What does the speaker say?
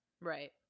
Right